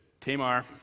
Tamar